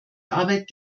arbeit